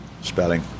spelling